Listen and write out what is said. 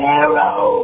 arrow